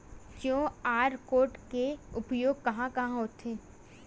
QR code के उपयोग कहां कहां होथे?